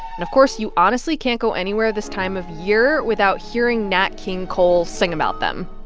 and of course, you honestly can't go anywhere at this time of year without hearing nat king cole sing about them.